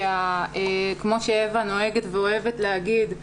כמו שאווה נוהגת ואוהבת להגיד,